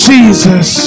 Jesus